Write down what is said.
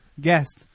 guest